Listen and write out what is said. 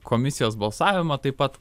komisijos balsavimą taip pat